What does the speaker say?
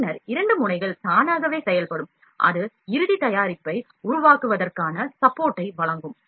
பின்னர் 2 முனைகள் தானாகவே செயல்படும் அது இறுதி தயாரிப்பை உருவாக்குவதற்கான சப்போர்ட்டை வழங்கும்